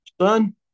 son